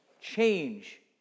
Change